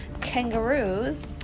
kangaroos